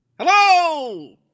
Hello